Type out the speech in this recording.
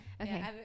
okay